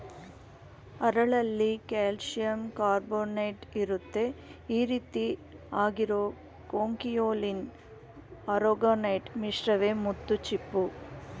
ಹರಳಲ್ಲಿ ಕಾಲ್ಶಿಯಂಕಾರ್ಬೊನೇಟ್ಇರುತ್ತೆ ಈರೀತಿ ಆಗಿರೋ ಕೊಂಕಿಯೊಲಿನ್ ಆರೊಗೊನೈಟ್ ಮಿಶ್ರವೇ ಮುತ್ತುಚಿಪ್ಪು